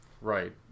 Right